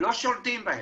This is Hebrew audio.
לא שולטים בהם.